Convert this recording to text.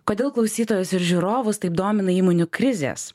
kodėl klausytojus ir žiūrovus taip domina įmonių krizės